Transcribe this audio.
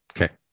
Okay